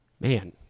Man